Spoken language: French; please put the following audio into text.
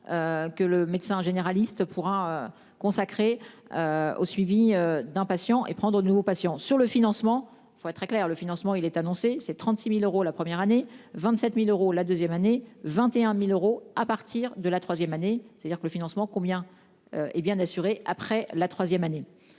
Que le médecin généraliste pour un. Consacré. Au suivi d'un patient et prendre de nouveaux patients sur le financement, il faut être très clair, le financement il est annoncé ses 36.000 euros la première année, 27.000 euros la deuxième année 21.000 euros à partir de la troisième année. C'est-à-dire que le financement combien. Hé bien assuré après la troisième année.